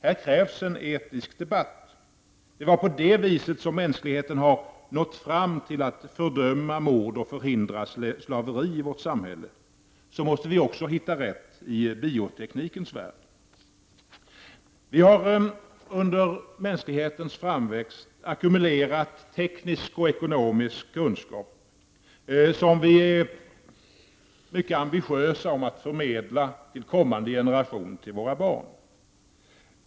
Här krävs en etisk debatt. På samma sätt som mänskligheten nått fram till att fördöma mord och förhindra slaveri i vårt samhälle måste vi hitta rätt i bioteknikens värld. Vi har under mänsklighetens framväxt ackumulerat teknisk och ekonomisk kunskap, som vi mycket ambitiöst förmedlar till kommande generationer, till våra barn.